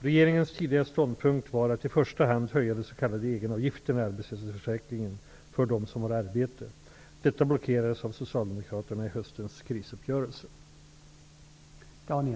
Regeringens tidigare ståndpunkt var att i första hand höja de s.k. egenavgifterna i arbetslöshetsförsäkringen för dem som har arbete.